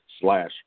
slash